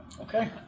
Okay